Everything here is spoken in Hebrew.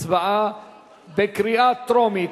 הצבעה בקריאה טרומית.